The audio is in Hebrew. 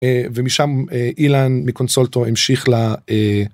אה... ומשם אילן מקונסולטו המשיך ל...